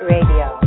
Radio